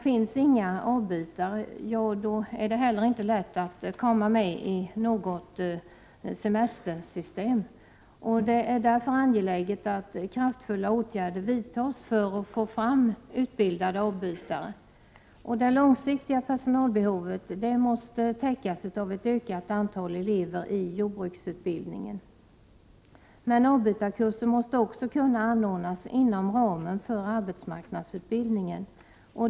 Finns det inga avbytare, är det inte heller lätt att komma med i något semestersystem. Det är därför angeläget att kraftfulla åtgärder vidtas för att få fram utbildade avbytare. Det långsiktiga personalbehovet måste täckas av ett ökat antal elever i jordbruksutbildningen. Men avbytarkurser måste också kunna anordnas inom ramen för arbetsmarknadsutbildningen.